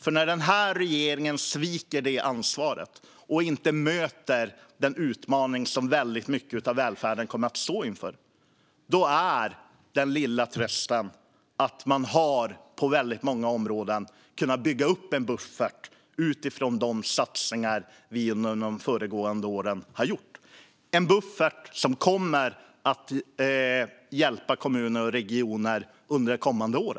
För när den här regeringen sviker det ansvaret och inte möter den utmaning som väldigt mycket av välfärden kommer att stå inför är den lilla trösten att man på väldigt många områden har kunnat bygga upp en buffert utifrån de satsningar vi har gjort under de föregående åren. Det är en buffert som kommer att hjälpa kommuner och regioner under kommande år.